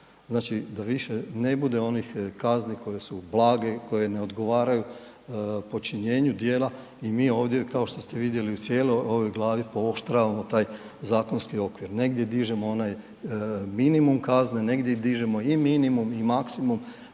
znači da više ne bude onih kazni koje su blage, koje ne odgovaraju počinjenju djela i mi ovdje kao što ste vidjeli u cijeloj ovoj glavi pooštravamo taj zakonski okvir. Negdje dižemo onaj minimum kazne, negdje dižemo i minimum i maksimum,